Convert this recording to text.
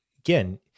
again